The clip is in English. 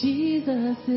Jesus